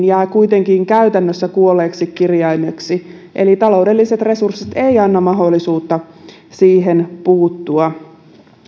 jää kuitenkin käytännössä kuolleeksi kirjaimeksi eli taloudelliset resurssit eivät anna mahdollisuutta siihen puuttua